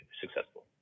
successful